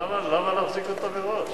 אבל למה להחזיק אותם מראש?